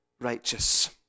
righteous